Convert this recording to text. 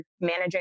managing